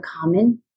common